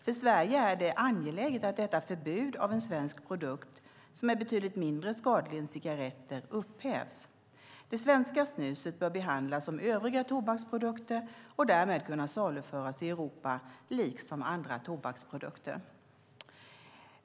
För Sverige är det angeläget att detta förbud av en svensk produkt, som är betydligt mindre skadlig än cigaretter, upphävs. Det svenska snuset bör behandlas som övriga tobaksprodukter och därmed kunna saluföras i Europa liksom andra tobaksprodukter.